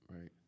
Right